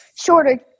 shorter